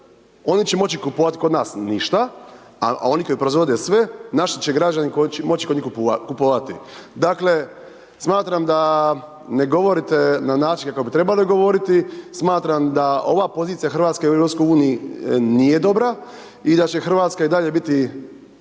oni će moći kupovati kod nas ništa, a oni koji proizvode sve, naši će građani moći koliko kupovati? Dakle, smatram da ne govorite na način kako bi trebali govoriti, smatram da ova pozicija Hrvatske u EU, nije dobra i da će Hrvatska i dalje biti